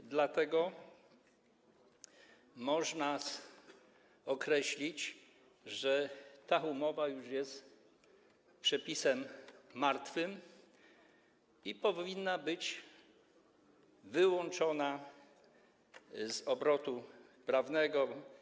I dlatego można określić, że ta umowa już jest przepisem martwym i powinna być wyłączona z obrotu prawnego.